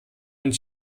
und